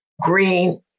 green